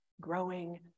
growing